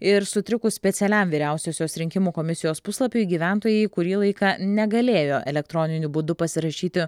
ir sutrikus specialiam vyriausiosios rinkimų komisijos puslapiui gyventojai kurį laiką negalėjo elektroniniu būdu pasirašyti